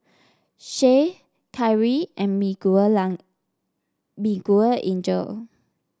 Che Kyrie and Miguelangel